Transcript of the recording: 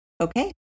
Okay